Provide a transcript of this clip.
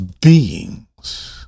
beings